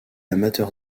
amateur